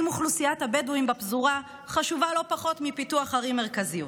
אם אוכלוסיית הבדואים בפזורה חשובה לא פחות מפיתוח ערים מרכזיות.